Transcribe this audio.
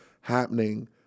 happening